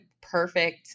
perfect